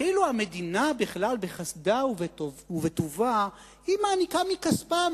כאילו המדינה בכלל בחסדה ובטובה מעניקה מכספה,